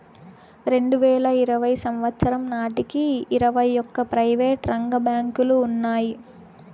రెండువేల ఇరవై సంవచ్చరం నాటికి ఇరవై ఒక్క ప్రైవేటు రంగ బ్యాంకులు ఉన్నాయి